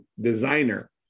Designer